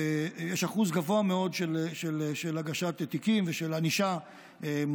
יש אחוז גבוה מאוד של הגשת תיקים ושל ענישה משמעותית.